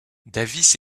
davis